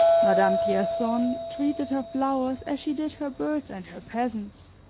madame pierson treated her flowers as she did her birds and her peasants,